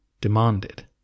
demanded